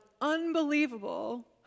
unbelievable